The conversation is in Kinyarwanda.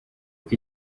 uko